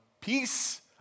Peace